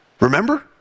Remember